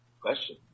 question